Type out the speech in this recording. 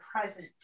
present